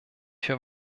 für